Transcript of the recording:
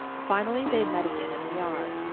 finally they met again in the yard.